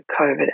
COVID